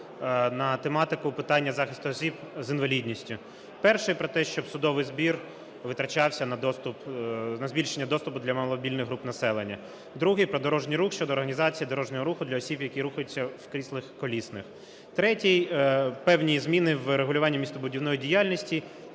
на тематику питання захисту осіб з інвалідністю. Перший – про те, щоб судовий збір витрачався на збільшення доступу для маломобільних груп населення. Другий – про дорожній рух (щодо організації дорожнього руху для осіб, які рухаються в кріслах колісних). Третій – певні зміни в регулюванні містобудівної діяльності.